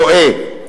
טועה.